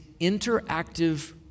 interactive